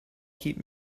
keep